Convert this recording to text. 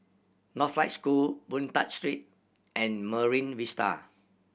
Northlight School Boon Tat Street and Marine Vista